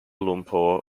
lumpur